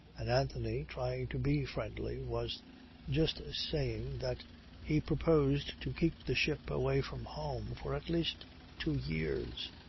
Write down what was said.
and anthony, trying to be friendly, was just saying that he proposed to keep the ship away from home for at least two years.